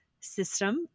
system